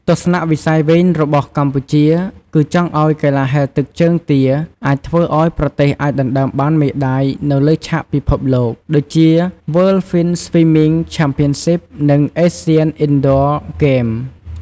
ទស្សនវិស័យវែងរបស់កម្ពុជា គឺចង់ឲ្យកីឡាហែលទឹកជើងទាអាចធ្វើឲ្យប្រទេសអាចដណ្តើមបានមេដាយនៅលើឆាកពិភពលោក ដូចជា World Finswimming Championship និង Asian Indoor Games។